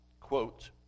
quote